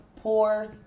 poor